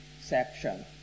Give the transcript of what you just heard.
section